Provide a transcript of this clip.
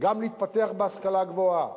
גם להתפתח בהשכלה גבוהה,